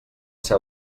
ser